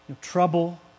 Trouble